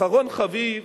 אחרון חביב,